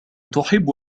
تحب